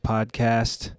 Podcast